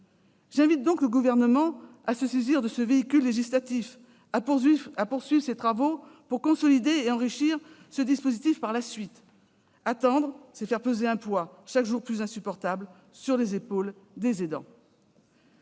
J'invite donc le Gouvernement à se saisir de ce véhicule législatif, à poursuivre ses travaux pour en consolider et enrichir le dispositif par la suite. Attendre, c'est faire peser un poids chaque jour plus insupportable sur les épaules des aidants.